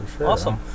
awesome